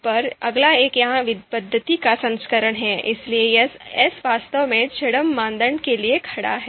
फिर अगला एक इस पद्धति का संस्करण है इसलिए यहां s वास्तव में छद्म मानदंड के लिए खड़ा है